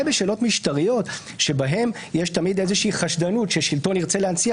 בשאלות משטריות בהן יש תמיד איזושהי חשדנות ששלטון ירצה להנציח